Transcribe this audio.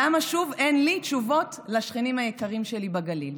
למה שוב אין לי תשובות לשכנים היקרים שלי בגליל?